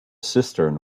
cistern